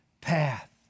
path